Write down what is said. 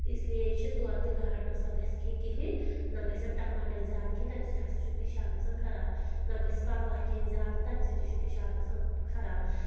اس لیے چھِ دۄد تہٕ گاڈٕ نہ سا گژھِ کھیٚنۍ کِہیٖنۍ نہ گژھن ٹماٹر زیادٕ کھیٚنۍ تَمہِ سۭتۍ ہسا چھُ پِشاب گژھان خراب نہ گژھِ پالک کھیٚنۍ زیادٕ تَمہِ سۭتۍ تہِ چھُ پِشاب گژھان خراب